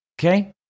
Okay